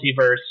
multiverse